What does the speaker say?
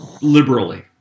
liberally